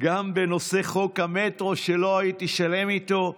גם בנושא חוק המטרו, שלא הייתי שלם איתו.